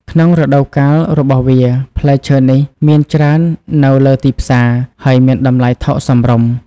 ក្នុងរដូវកាលរបស់វា ផ្លែឈើនេះមានច្រើននៅលើទីផ្សារ ហើយមានតម្លៃថោកសមរម្យ។